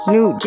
New